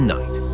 Night